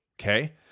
okay